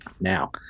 Now